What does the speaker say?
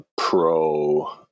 pro